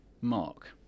Mark